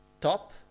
top